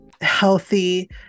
healthy